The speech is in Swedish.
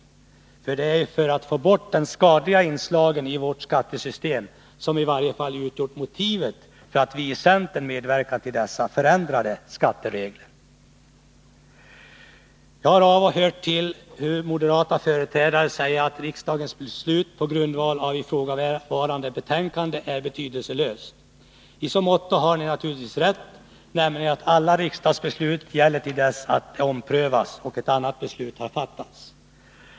Det är ju önskemålet att få bort de skadliga inslagen i vårt skattesystem som utgjort motivet i varje fall för oss i centern för att medverka till dessa förändrade skatteregler. Jag har av och till hört moderata företrädare säga att riksdagens beslut på grundval av ifrågavarande betänkande är betydelselöst. I så måtto har ni naturligtvis rätt att alla riksdagsbeslut gäller till dess de omprövas och ett annat beslut har fattats.